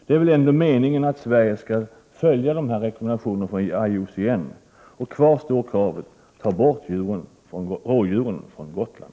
Det är väl ändå meningen att Sverige skall följa rekommendationerna från IUCN? Kvar står kravet: Ta bort rådjuren från Gotland!